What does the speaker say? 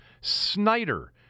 Snyder